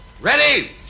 Ready